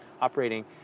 operating